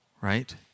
Right